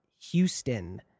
Houston